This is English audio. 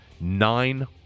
nine